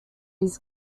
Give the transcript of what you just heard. his